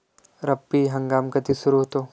रब्बी हंगाम कधी सुरू होतो?